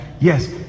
yes